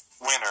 winner